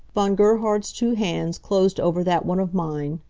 von gerhard's two hands closed over that one of mine.